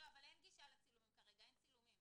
אין גישה לצילומים כרגע, אין צילומים.